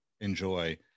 enjoy